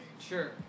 Sure